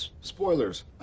Spoilers